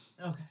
Okay